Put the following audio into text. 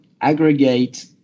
aggregate